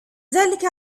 ذلك